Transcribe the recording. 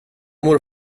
mår